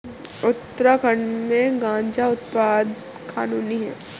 उत्तराखंड में गांजा उत्पादन कानूनी है